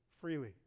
Freely